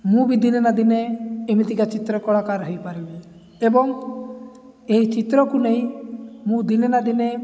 ମୁଁ ବି ଦିନେ ନା ଦିନେ ଏମିତିକା ଚିତ୍ର କଳାକାର ହେଇପାରିବି ଏବଂ ଏହି ଚିତ୍ରକୁ ନେଇ ମୁଁ ଦିନେ ନା ଦିନେ